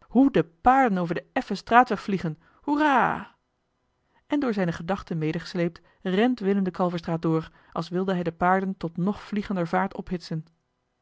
hoe de paarden over den effen straatweg vliegen hoera en door zijne gedachten medegesleept rent willem de kalverstraat door als wilde hij de paarden tot nog vliegender vaart ophitsen